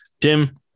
Tim